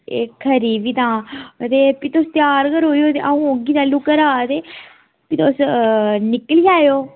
एह् खरी भी तां ते एह् तुस त्यार गै रवेओ ते अं'ऊ तैलूं औगी घरा ते निकली बी आयो